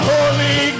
Holy